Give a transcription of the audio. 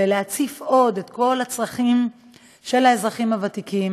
בלהציף עוד את כל הצרכים של האזרחים הוותיקים,